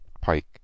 Pike